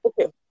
Okay